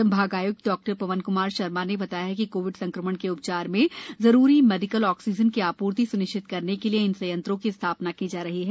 संभाग आय्क्त डॉ वन क्मार शर्मा ने बताया कि कोविड संक्रमण के उ चार में जरूरी मेडिकल ऑक्सीजन की आ ूर्ति स्निश्चित करने के लिए इन संयंत्रों की स्था ना की जा रही है